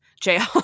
jail